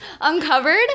uncovered